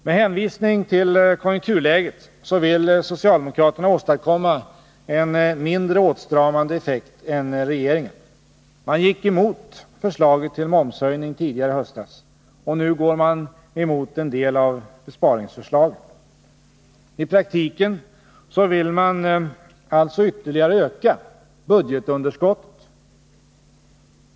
Med hänvisning till konjunkturläget vill socialdemokraterna åstadkomma en mindre åtstramande effekt än regeringen. Man gick emot förslaget till momshöjning tidigare i höstas, och nu går man emot en del av besparingsförslagen. I praktiken vill man alltså ytterligare öka budgetunderskottet.